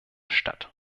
statt